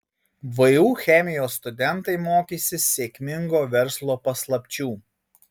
vu chemijos studentai mokysis sėkmingo verslo paslapčių